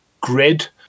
Grid